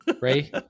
Ray